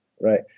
right